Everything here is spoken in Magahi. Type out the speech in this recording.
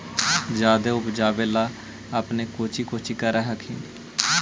जादे उपजाबे ले अपने कौची कौची कर हखिन?